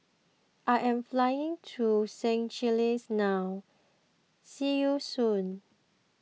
I am flying to Seychelles now See you soon